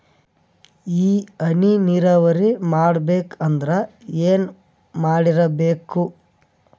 ಈ ಹನಿ ನೀರಾವರಿ ಮಾಡಬೇಕು ಅಂದ್ರ ಏನ್ ಮಾಡಿರಬೇಕು?